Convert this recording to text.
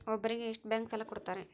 ಒಬ್ಬರಿಗೆ ಎಷ್ಟು ಬ್ಯಾಂಕ್ ಸಾಲ ಕೊಡ್ತಾರೆ?